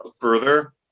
further